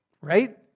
right